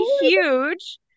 huge